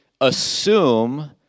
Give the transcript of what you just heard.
assume